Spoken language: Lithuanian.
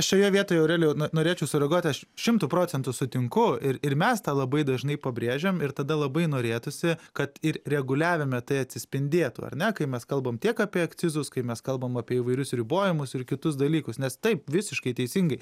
šioje vietoje aurelijau na norėčiau sureaguot aš šimtu procentų sutinku ir ir mes tą labai dažnai pabrėžiam ir tada labai norėtųsi kad ir reguliavime tai atsispindėtų ar ne kai mes kalbam tiek apie akcizus kai mes kalbam apie įvairius ribojimus ir kitus dalykus nes taip visiškai teisingai